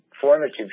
formative